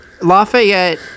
Lafayette